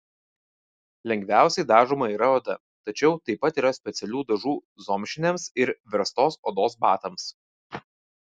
lengviausiai dažoma yra oda tačiau taip pat yra specialių dažų zomšiniams ir verstos odos batams